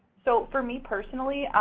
so for me, personally,